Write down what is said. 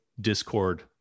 discord